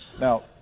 Now